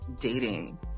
dating